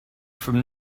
from